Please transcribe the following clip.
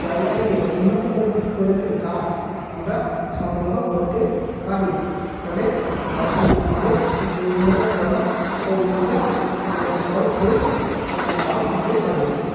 জায়গা থেকে উন্নত করি প্রজাতির গাছ আমরা সংগ্রহ করতে পারি ফলে যাতে আমাদের উন্নত ফলন ও উন্নত ফল ফুল লাভ হতে পারে